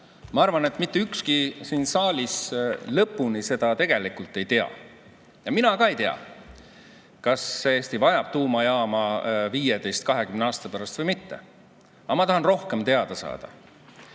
Ma arvan, et mitte ükski siin saalis lõpuni seda tegelikult ei tea. Mina ka ei tea, kas Eesti vajab tuumajaama 15–20 aasta pärast või mitte. Aga ma tahan rohkem teada saada. Ma